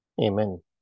Amen